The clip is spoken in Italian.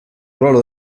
ruolo